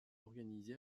organisé